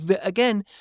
again